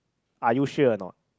are you sure or not